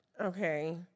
Okay